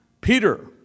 Peter